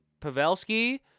Pavelski